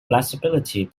flexibility